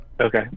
okay